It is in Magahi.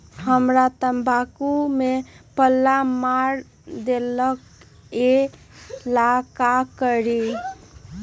हमरा तंबाकू में पल्ला मार देलक ये ला का करी?